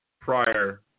prior